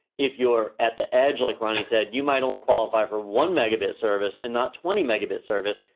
if you're at the edge like ronnie said you might only qualify for one megabyte service and not twenty megabyte service.